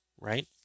right